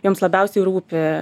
joms labiausiai rūpi